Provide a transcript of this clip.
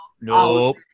nope